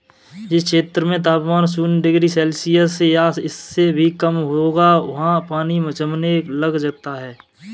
जिस क्षेत्र में तापमान शून्य डिग्री सेल्सियस या इससे भी कम होगा वहाँ पानी जमने लग जाता है